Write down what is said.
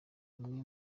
umwe